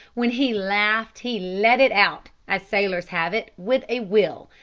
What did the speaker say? when he laughed he let it out, as sailors have it, with a will.